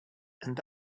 and